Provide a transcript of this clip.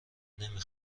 نمی